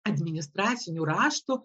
administracinių raštų